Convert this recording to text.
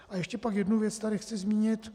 A ještě pak jednu věc tady chci zmínit.